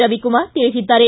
ರವಿಕುಮಾರ್ ತಿಳಿಸಿದ್ದಾರೆ